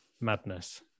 Madness